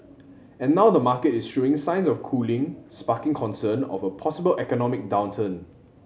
and now the market is showing signs of cooling sparking concern of a possible economic downturn